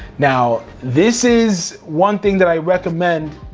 now, this is one thing that i recommend,